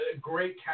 great